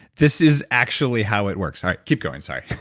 this is actually how it works, all right, keep going, sorry.